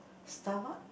Starbucks